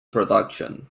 production